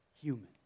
human